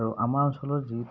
আৰু আমাৰ অঞ্চলত যিটো